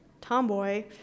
Tomboy